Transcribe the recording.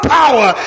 power